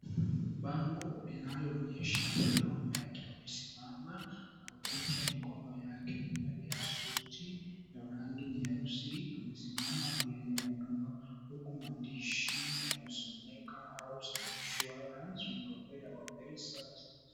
Bango inayoonyesha mwanamume akiwa amesimama na kukunja mikono yake. Amevalia suti na rangi nyeusi, amesimama mbele ya nyumba. Huku mandishi yanayosomeka, House insurance. We provide our best services.